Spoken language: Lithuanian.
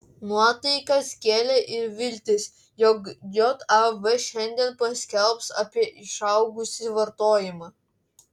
nuotaikas kėlė ir viltys jog jav šiandien paskelbs apie išaugusį vartojimą